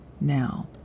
now